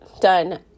done